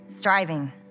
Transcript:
striving